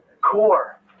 core